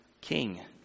king